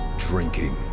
drinking,